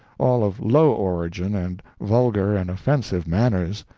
all of low origin and vulgar and offensive manners.